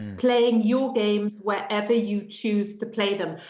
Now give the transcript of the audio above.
playing your games wherever you choose to play them.